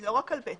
לא רק על ב'.